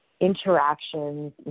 interactions